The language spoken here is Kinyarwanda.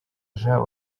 jean